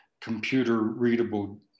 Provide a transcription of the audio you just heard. computer-readable